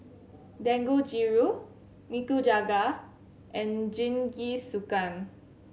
Dangojiru Nikujaga and Jingisukan